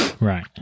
Right